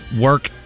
work